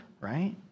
right